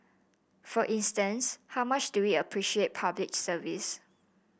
for instance how much do we appreciate Public Service